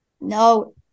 No